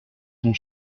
sont